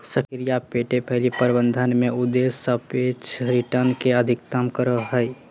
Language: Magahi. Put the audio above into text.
सक्रिय पोर्टफोलि प्रबंधन में उद्देश्य सापेक्ष रिटर्न के अधिकतम करो हइ